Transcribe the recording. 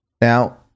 Now